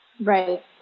Right